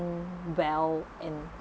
well and